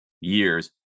years